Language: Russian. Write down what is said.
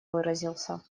выразился